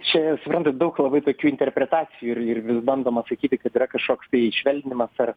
čia suprantat daug labai tokių interpretacijų ir ir vis bandoma sakyti kad yra kažkoks tai švelninimas ar